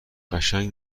قشنگ